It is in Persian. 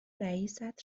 رئیست